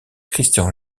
christian